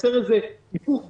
נייצר איזה היפוך בנטל.